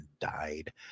died